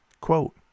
Quote